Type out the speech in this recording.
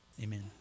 amen